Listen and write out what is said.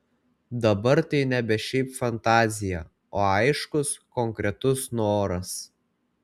dabar tai nebe šiaip fantazija o aiškus konkretus noras